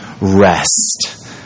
rest